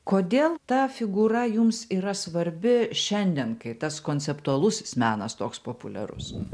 kodėl ta figūra jums yra svarbi šiandien kai tas konceptualusis menas toks populiarus